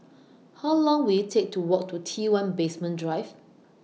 How Long Will IT Take to Walk to T one Basement Drive